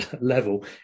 level